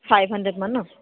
five hundred মান ন